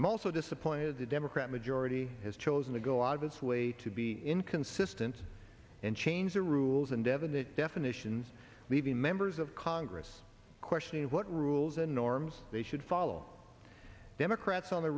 i'm also disappointed the democrat majority has chosen to go out of its way to be inconsistent and change the rules and devan that definitions leaving members of congress questioning what rules and norms they should follow democrats on the